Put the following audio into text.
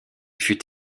fut